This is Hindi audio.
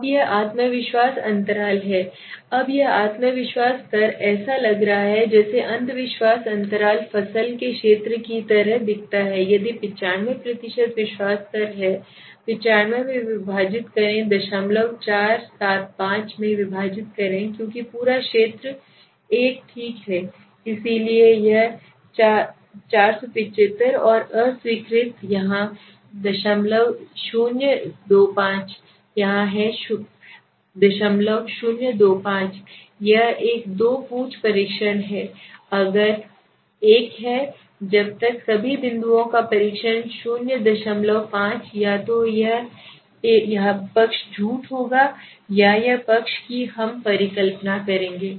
अब यह आत्मविश्वास अंतराल है अब यह विश्वास स्तर ऐसा लग रहा है जैसे विश्वास अंतराल फसल के क्षेत्र की तरह दिखता है यदि 95 विश्वास स्तर हैं 95 में विभाजित करें 475 में विभाजित करें क्योंकि पूरा क्षेत्र 1 ठीक है इसलिए यह 475 और अस्वीकृति यहाँ 025 यहाँ है 025 यह एक दो पूंछ परीक्षण है अगर एक है जब तक सभी बिंदुओं का परीक्षण 05 या तो यह पक्ष झूठ होगा या यह पक्ष की हम परिकल्पना करेंगे